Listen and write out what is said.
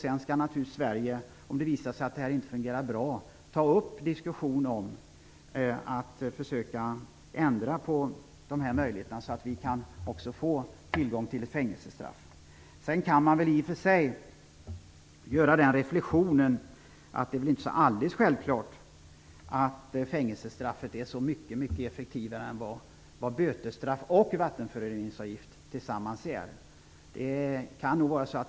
Sedan skall Sverige naturligtvis, om det visar sig att den inte fungerar bra, ta upp en diskussion om en ändring, så att vi kan få tillgång till fängelsestraff. Man kan i och för sig också göra reflexionen att det inte är alldeles självklart att fängelsestraff är så mycket effektivare än bötesstraff och vattenföroreningsavgift tillsammans.